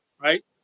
right